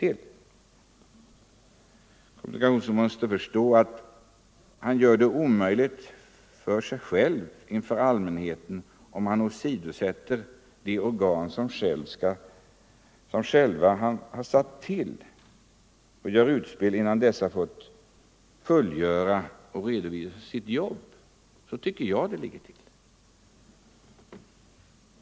Kommunikationsministern måste förstå att han gör det omöjligt för sig själv inför allmänheten om han åsidosätter de organ som han själv har tillsatt och gör utspel innan dessa fått fullgöra och redovisa sitt jobb.